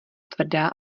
tvrdá